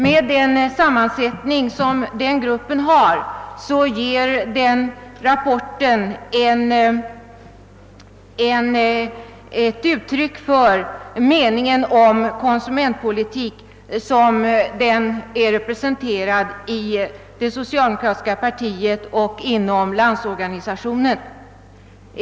Med den sammansättning som gruppen har ger denna rapport uttryck för de meningar om konsumentpolitiken, som omfattas av det socialdemokratiska partiet och Landsorganisationen.